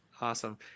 Awesome